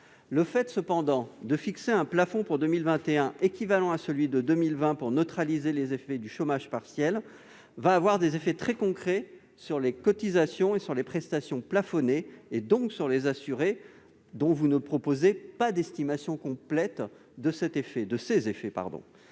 le fait de fixer un plafond pour 2021 équivalent à celui de 2020, pour neutraliser les effets du chômage partiel, aura des effets très concrets sur les cotisations et sur les prestations plafonnées et, donc, sur les assurés. Or vous ne proposez pas d'estimation complète de ces effets